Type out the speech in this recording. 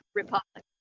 republic